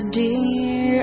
dear